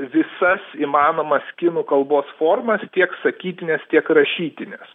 visas įmanomas kinų kalbos formas tiek sakytines tiek rašytines